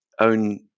own